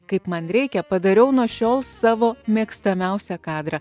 kaip man reikia padariau nuo šiol savo mėgstamiausią kadrą